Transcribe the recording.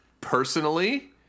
Personally